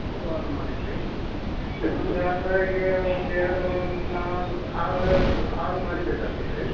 ಒಂದು ಮಾಲಿಗೆ ರೀ ನಮ್ಗೆ ಆ ಥರ ಈಗ ಒಂದೆರಡು ಮೂರು ನಾಲ್ಕು ಆರು ಆರು ಮಾಲೆ ಬೇಕಾಗ್ತೈತೆ ರೀ